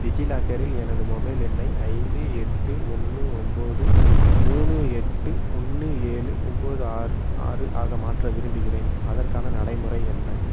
டிஜிலாக்கரில் எனது மொபைல் எண்ணை ஐந்து எட்டு ஒன்று ஒம்பது மூணு எட்டு ஒன்று ஏழு ஒம்பது ஆறு ஆறு ஆக மாற்ற விரும்புகிறேன் அதற்கான நடைமுறை என்ன